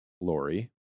Lori